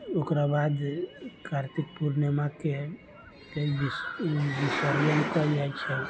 ओकरा बाद जे कार्तिक पूर्णिमाके विसर्जन कयल जाइ छै